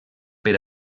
per